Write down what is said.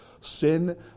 sin